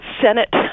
Senate